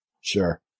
Sure